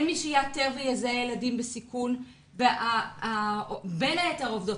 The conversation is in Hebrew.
אין מי שיאתר ויזהה ילדים בסיכון ובין היתר העובדות